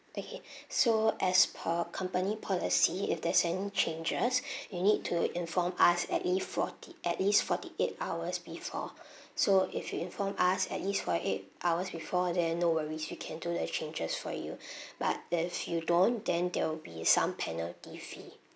okay so as per company policy if there's any changes you need to inform us at least forty at least forty eight hours before so if you inform us at least forty eight hours before there are no worries we can do the changes for you but if you don't then there'll be some penalty fee